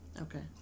Okay